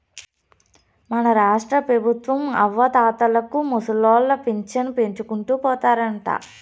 మన రాష్ట్రపెబుత్వం అవ్వాతాతలకు ముసలోళ్ల పింఛను పెంచుకుంటూ పోతారంట